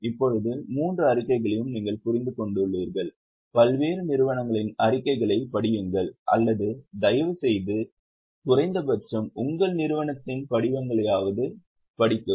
இப்போது மூன்று அறிக்கைகளையும் நீங்கள் புரிந்து கொண்டுள்ளீர்கள் பல்வேறு நிறுவனங்களின் அறிக்கைகளைப் படியுங்கள் அல்லது தயவுசெய்து குறைந்தபட்சம் உங்கள் நிறுவனத்தின் படிவங்களையாவது படிக்கவும்